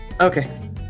Okay